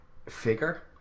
Figure